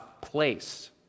place